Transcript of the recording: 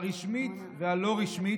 הרשמית והלא-רשמית,